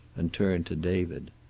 and turned to david.